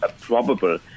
probable